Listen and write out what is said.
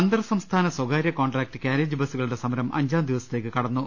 അന്തർസംസ്ഥാന സ്വകാര്യ contract carriage ബസ്സുകളു ടെ സമരം അഞ്ചാം ദിവസത്തേക്ക് കടന്നു